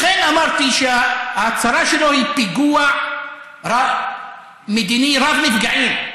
לכן אמרתי שההצהרה שלו היא פיגוע מדיני רב-נפגעים.